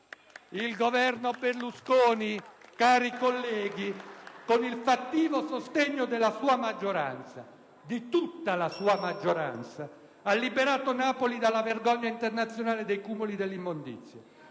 Il Governo Berlusconi, cari colleghi, con il fattivo sostegno della sua maggioranza, di tutta la sua maggioranza, ha liberato Napoli dalla vergogna internazionale dei cumuli di immondizia.